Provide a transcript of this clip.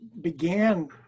began